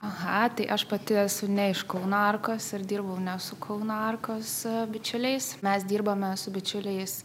aha tai aš pati esu ne iš kauno arkos ir dirbau ne su kauno arkos bičiuliais mes dirbame su bičiuliais